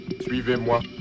Suivez-moi